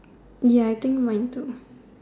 ya I think might need to